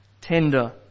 tender